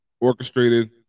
orchestrated